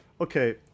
Okay